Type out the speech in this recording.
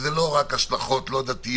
וזה לא רק השלכות דתיות,